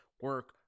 Work